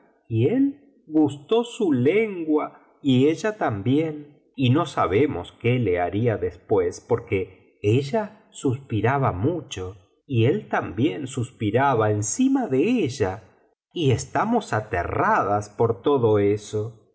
y él gustó su lengua y ella también y no sabemos qué le haría después porque ella suspiraba mucho y él también suspiraba encima de ella y estamos aterradas por todo eso